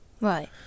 right